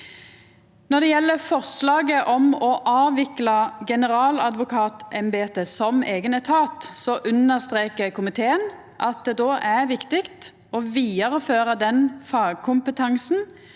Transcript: Når det gjeld forslaget om å avvikla generaladvokatembetet som eigen etat, understrekar komiteen at det då er viktig å vidareføra den fagkompetansen